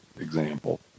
example